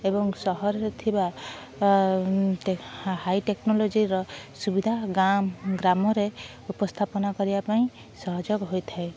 ଏବଂ ସହରରେ ଥିବା ହାଇ ଟେକ୍ନୋଲୋଜୀର ସୁବିଧା ଗାଁ ଗ୍ରାମରେ ଉପସ୍ଥାପନା କରିବା ପାଇଁ ସହଯୋଗ ହୋଇଥାଏ